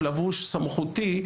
או לבוש סמכותי,